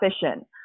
efficient